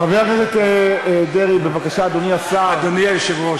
חבר הכנסת דרעי, בבקשה, אדוני השר.